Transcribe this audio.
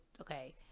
okay